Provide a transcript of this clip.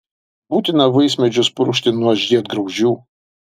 būtina vaismedžius purkšti nuo žiedgraužių